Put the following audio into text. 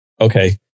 Okay